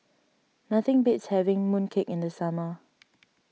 nothing beats having Mooncake in the summer